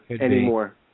anymore